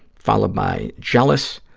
followed by jealous,